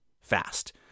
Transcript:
fast